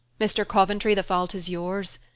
mr. coventry, the fault is yours.